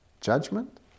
judgment